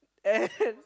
and